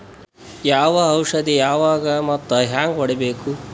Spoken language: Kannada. ಯಾವ ಔಷದ ಯಾವಾಗ ಮತ್ ಹ್ಯಾಂಗ್ ಹೊಡಿಬೇಕು?